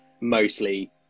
mostly